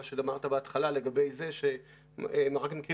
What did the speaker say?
מה שאמרת בהתחלה לגבי זה שרק מקרים